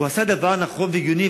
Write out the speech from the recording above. הוא עשה דבר נכון והגיוני,